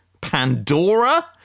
Pandora